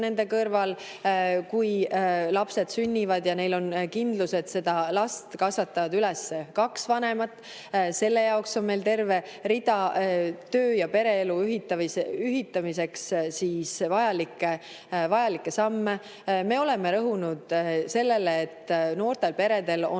nende kõrval, kui lapsed sünnivad, ja neil on kindlus, et seda last kasvatavad üles kaks vanemat. Selle jaoks on meil terve rida töö- ja pereelu ühitamiseks vajalikke samme. Me oleme rõhunud sellele, et noortel peredel on